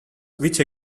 which